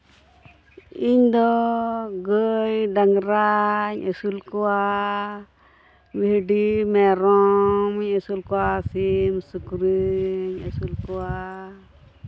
ᱤᱧ ᱫᱚ ᱜᱟᱹᱭ ᱰᱟᱝᱨᱟᱧ ᱟᱹᱥᱩᱞ ᱠᱚᱣᱟ ᱵᱷᱤᱰᱤ ᱢᱮᱨᱚᱢᱤᱧ ᱟᱹᱥᱩᱞ ᱠᱚᱣᱟ ᱥᱤᱢ ᱥᱩᱠᱨᱤᱧ ᱟᱹᱥᱩᱞ ᱠᱚᱣᱟ